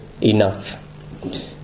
enough